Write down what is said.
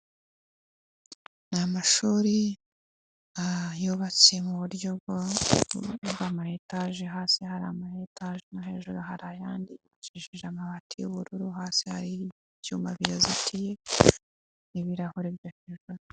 Ni amashuri yubatse mu buryo bw' ama etaje, hasi hari ama etage no hejuru hari ayandi asakashije amabati y'ubururu hasi hari ibyuma biyazitiye ibirahure.